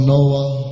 Noah